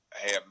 hey